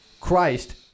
Christ